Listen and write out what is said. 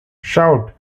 shout